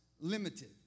limited